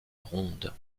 ronde